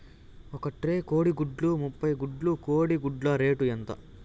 ఒక ట్రే కోడిగుడ్లు ముప్పై గుడ్లు కోడి గుడ్ల రేటు ఎంత?